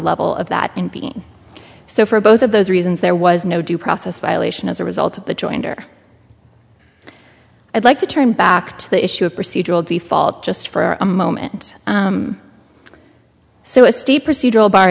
level of that being so for both of those reasons there was no due process violation as a result of the jointer i'd like to turn back to the issue of procedural default just for a moment so a state procedural bar